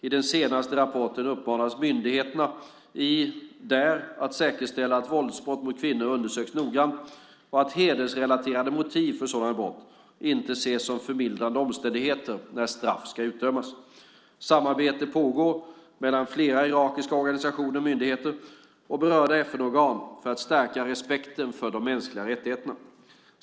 I den senaste rapporten uppmanas myndigheterna där att säkerställa att våldsbrott mot kvinnor undersöks noggrant och att hedersrelaterade motiv för sådana brott inte ses som förmildrande omständigheter när straff ska utdömas. Samarbete pågår mellan flera irakiska organisationer och myndigheter och berörda FN-organ för att stärka respekten för de mänskliga rättigheterna.